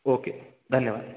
okay धन्यवाद